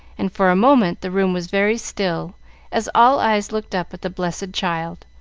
and for a moment the room was very still as all eyes looked up at the blessed child.